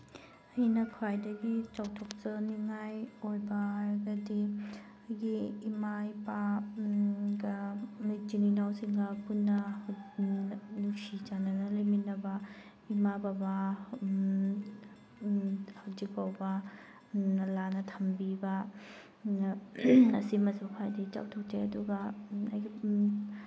ꯑꯩꯅ ꯈ꯭ꯋꯥꯏꯗꯒꯤ ꯆꯥꯎꯊꯣꯛꯆꯅꯤꯉꯥꯏ ꯑꯣꯏꯕ ꯍꯥꯏꯔꯒꯗꯤ ꯑꯩꯒꯤ ꯏꯃꯥ ꯏꯄꯥ ꯒ ꯏꯆꯤꯜ ꯏꯅꯥꯎꯁꯤꯡꯒ ꯄꯨꯟꯅ ꯅꯨꯡꯁꯤ ꯆꯥꯅꯅ ꯂꯩꯃꯤꯟꯅꯕ ꯏꯃꯥ ꯕꯕꯥ ꯍꯧꯖꯤꯛ ꯐꯥꯎꯕ ꯂꯨꯅ ꯅꯥꯟꯅ ꯊꯝꯕꯤꯕ ꯑꯁꯤꯃꯁꯨ ꯈ꯭ꯋꯥꯏꯗꯒꯤ ꯆꯥꯎꯊꯣꯛꯆꯩ ꯑꯗꯨꯒ ꯑꯩꯒꯤ